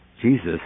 Jesus